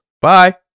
bye